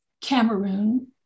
Cameroon